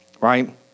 right